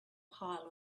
pile